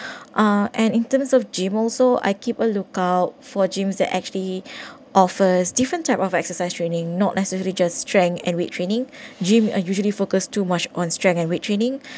uh and in terms of gym also I keep a lookout for gyms that actually offers different type of exercise training not necessary just strength and weight training gym are usually focus too much on strength and weight training